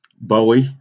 Bowie